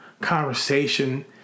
conversation